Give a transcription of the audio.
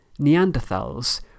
Neanderthals